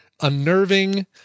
unnerving